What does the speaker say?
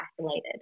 isolated